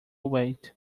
wait